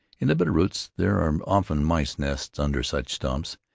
in the bitter-roots there are often mice-nests under such stumps,